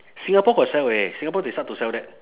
singapore got sell eh singapore they start to sell that